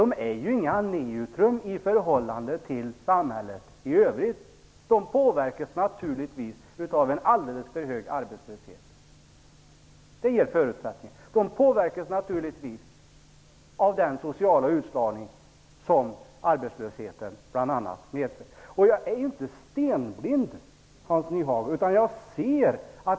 De är ju inte som ett neutrum i förhållande till samhället i övrigt. De påverkas naturligtvis av en alldeles för hög arbetslöshet. De påverkas av den sociala utslagning som arbetslösheten bl.a. medför. Jag är inte stenblind, Hans Nyhage.